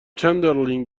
چندلر